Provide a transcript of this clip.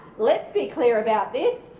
let's be clear about this,